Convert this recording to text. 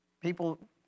people